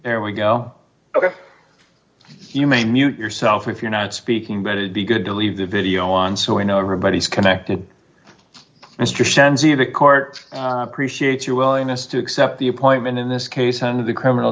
there we go ok you may mute yourself if you're not speaking but it'd be good to leave the video on so i know everybody is connected and the court appreciate your willingness to accept the appointment in this case and the criminal